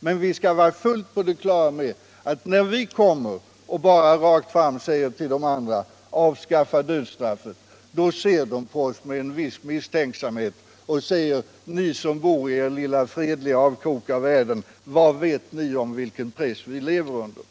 Men vi skall vara fullt på det klara med att när vi bara rakt fram säger till de andra att de bör avskaffa dödsstraffet, så ser de på oss med en viss misstänksamhet. De svarar: Ni som bor i er lilla fredliga avkrok av världen, vad vet ni om den press vi lever under?